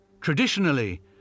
Traditionally